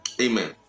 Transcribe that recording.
amen